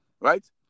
Right